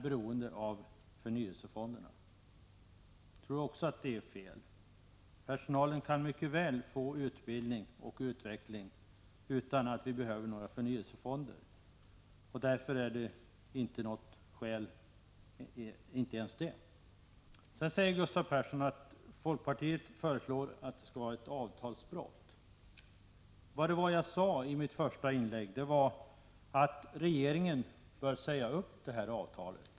Jag tror att det är fel. Personalen kan mycket väl få utbildning och utveckling utan några förnyelsefonder. Inte ens detta är alltså något skäl. Gustav Persson påstod också att folkpartiets förslag skulle innebära ett avtalsbrott. Det jag sade i mitt första inlägg var att regeringen bör säga upp avtalet.